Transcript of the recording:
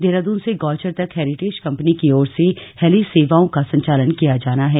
देहरादून से गौचर तक heritage company की ओर से हेली सेवाओं का संचालन किया जाना है